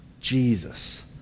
Jesus